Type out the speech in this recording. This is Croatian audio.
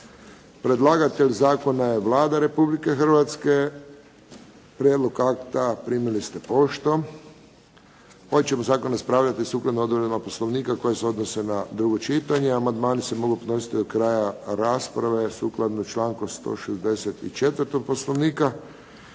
Predlagatelj zakona je Vlada Republike Hrvatske. Prijedlog akta primili ste poštom. Ovaj ćemo zakon raspravljati sukladno odredbama Poslovnika koje se odnose na drugo čitanje. Amandmani se mogu podnositi do kraja rasprave sukladno članku 164. Poslovnika.